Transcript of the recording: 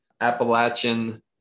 Appalachian